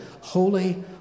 holy